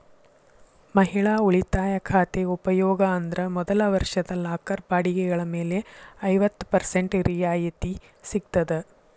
ಮಹಿಳಾ ಉಳಿತಾಯ ಖಾತೆ ಉಪಯೋಗ ಅಂದ್ರ ಮೊದಲ ವರ್ಷದ ಲಾಕರ್ ಬಾಡಿಗೆಗಳ ಮೇಲೆ ಐವತ್ತ ಪರ್ಸೆಂಟ್ ರಿಯಾಯಿತಿ ಸಿಗ್ತದ